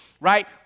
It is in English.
right